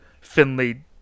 Finley